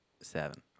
seven